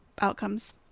outcomes